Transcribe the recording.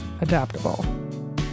adaptable